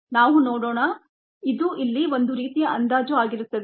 ನಾವು ನೋಡೋಣ ಇದು ಇಲ್ಲಿ ಒಂದು ರೀತಿಯ ಅಂದಾಜು ಆಗಿರುತ್ತದೆ